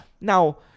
Now